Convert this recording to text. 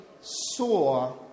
saw